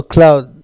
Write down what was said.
Cloud